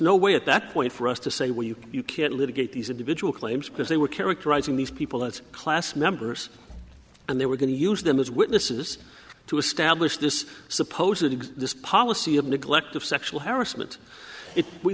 no way at that point for us to say well you can't live get these individual claims because they were characterizing these people that's class members and they were going to use them as witnesses to establish this supposedly this policy of neglect of sexual harassment